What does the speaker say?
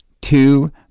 two